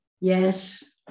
Yes